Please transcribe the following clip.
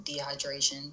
dehydration